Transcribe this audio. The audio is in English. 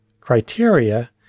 criteria